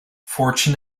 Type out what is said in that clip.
fortune